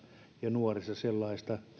ja nuorissa sellaista